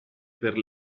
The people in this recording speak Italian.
per